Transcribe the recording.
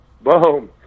Boom